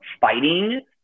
fighting